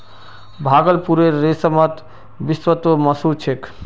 भागलपुरेर रेशम त विदेशतो मशहूर छेक